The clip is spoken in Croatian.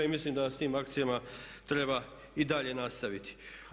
Mislim da s tim akcijama treba i dalje nastaviti.